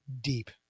deep